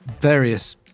various